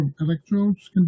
electrodes